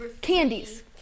candies